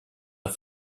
its